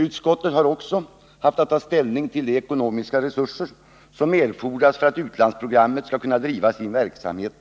Utskottet har också haft att ta ställning till de ekonomiska resurser som erfordras för att utlandsprogrammet skall kunna driva sin verksamhet